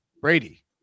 Brady